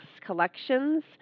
Collections